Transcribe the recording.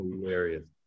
hilarious